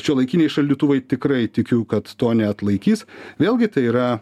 šiuolaikiniai šaldytuvai tikrai tikiu kad to neatlaikys vėlgi tai yra